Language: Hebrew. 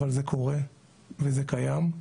אבל זה קורה וזה קיים.